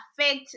affect